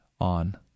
on